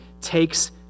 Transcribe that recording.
takes